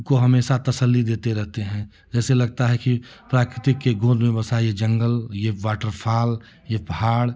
को हमेशा तसल्ली देते रहते हैं जैसे लगता है की प्राकृतिक के गोद में बसा यह जंगल यह वाटर फाल यह पहाड़